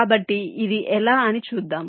కాబట్టి ఇది ఎలా అని చూద్దాం